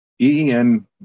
EEN